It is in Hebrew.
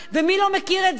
מי לא מכיר את זה.